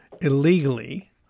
illegally